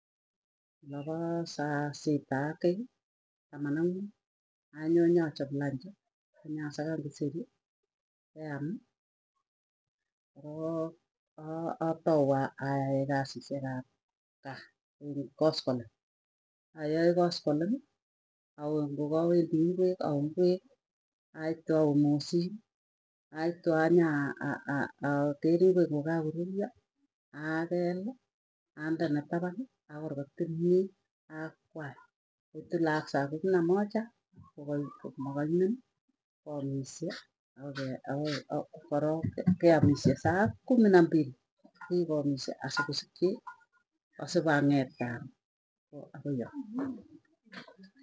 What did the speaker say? Lapoo saa sita ak kiiy taman ak muut anyoo nyachop lunch nyasakan kiseri keam, korok a atau ayae kasisyek ap kaa iin koskoleny ayae koskoleny, awee ngokawendii ngwek awe ngwek. Aitu awee mosin aitu anya keripe ngokakoruryo akel andene tapani akorkot kimyee akwany koitu laak sa kumi na moja. Kogoi makaimen amisye korok keamisyee saa kumi na mbili kokikeamishe asikosikchi asupang'et karon ko agoi yae.